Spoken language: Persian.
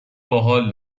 باحال